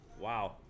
wow